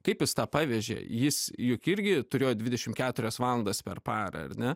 kaip jis tą pavežė jis juk irgi turėjo dvidešim keturias valandas per parą ar ne